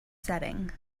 setting